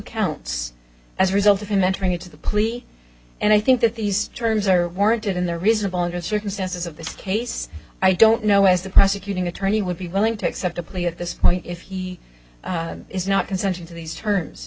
counts as a result of him entering into the plea and i think that these terms are warranted and they're reasonable under the circumstances of this case i don't know as the prosecuting attorney would be willing to accept a plea at this point if he is not consenting to these terms